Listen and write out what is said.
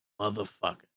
motherfucker